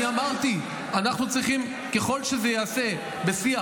אני אמרתי, ככל שזה ייעשה בשיח.